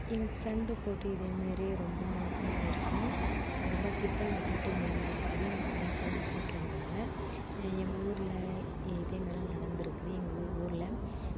எங்கள் ஃப்ரெண்டு போட்டு இதே மாதிரி ரொம்ப மோசமாக இருக்கு ரொம்ப சிக்கலில் போய்ட்டு முடிஞ்சுருக்குது எங்கள் ஃப்ரெண்ட்ஸ் எல்லாம் போட்டிருக்குறாங்க எங்கள் ஊரில் இதே மாதிரிலாம் நடந்திருக்குது எங்கள் ஊரில்